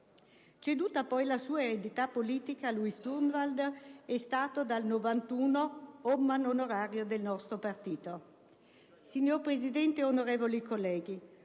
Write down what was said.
Ceduta la sua "eredità politica" a Luis Durnwalder, è stato dal 1991 *Obmann* onorario del nostro partito. Signor Presidente, onorevoli colleghi,